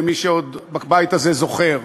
למי שעוד בבית הזה זוכר.